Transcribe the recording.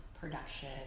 production